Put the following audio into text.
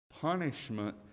punishment